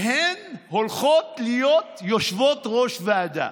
והן הולכות להיות יושבות-ראש ועדה.